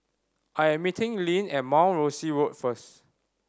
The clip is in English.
I am meeting Lynne at Mount Rosie Road first